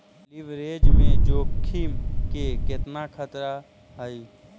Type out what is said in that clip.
Leverage में जोखिम के केतना खतरा हइ?